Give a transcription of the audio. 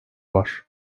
var